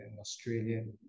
Australian